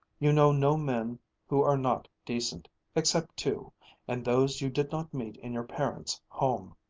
you know no men who are not decent except two and those you did not meet in your parents' home.